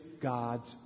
God's